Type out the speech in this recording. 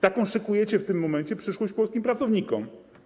Taką szykujecie w tym momencie przyszłość polskim pracownikom.